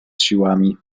siłami